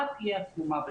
מה תהיה התרומה בכך?